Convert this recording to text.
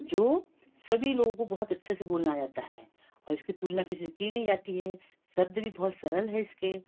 जो सभी लोगों को बहुत अच्छे से बोलना आ जाता है और इसकी तुलना किसी से की नहीं जाती है शब्द भी बहुत सरल हैं इसके